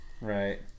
right